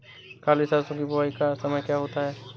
काली सरसो की बुवाई का समय क्या होता है?